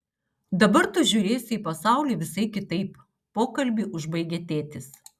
dabar tu žiūrėsi į pasaulį visai kitaip pokalbį užbaigė tėtis